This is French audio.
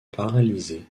paralysé